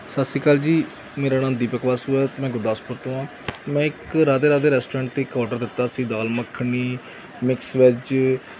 ਸਤਿ ਸ਼੍ਰੀ ਅਕਾਲ ਜੀ ਮੇਰਾ ਨਾਮ ਦੀਪਕ ਵਾਸੂ ਐ ਮੈਂ ਗੁਰਦਾਸਪੁਰ ਤੋਂ ਆ ਮੈਂ ਇੱਕ ਰਾਧੇ ਰਾਧੇ ਰੈਸਟੋਰੈਂਟ 'ਤੇ ਇੱਕ ਆਰਡਰ ਦਿੱਤਾ ਸੀ ਦਾਲ ਮੱਖਣੀ ਮਿਕਸ ਵੈੱਜ